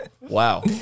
Wow